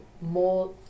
more